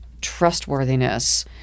trustworthiness